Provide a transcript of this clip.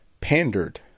pandered